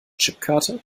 chipkarte